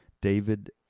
David